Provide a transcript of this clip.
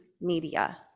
media